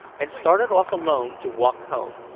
and started off alone to walk home,